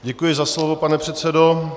Děkuji za slovo, pane předsedo.